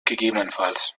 ggf